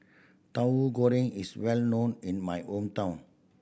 Tauhu Goreng is well known in my hometown